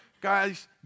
Guys